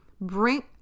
bring